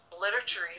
literature